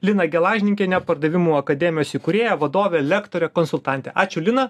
liną gelažninkienę pardavimų akademijos įkūrėją vadovę lektorę konsultantę ačiū lina